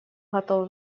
готовы